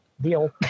deal